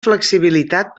flexibilitat